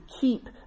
keep